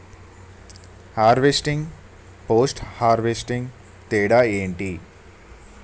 Harvesting, post harvesting తేడా ఏంటి?